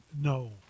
No